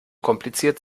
kompliziert